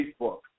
Facebook